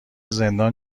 زندان